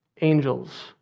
Angels